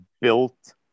built